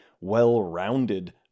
well-rounded